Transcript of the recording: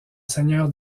seigneur